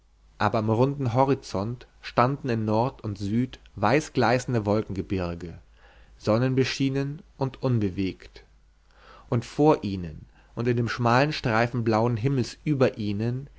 aber am runden horizont standen in nord und süd weißgleißende wolkengebirge sonnenbeschienen und unbewegt und vor ihnen und in dem schmalen streifen blauen himmels über ihnen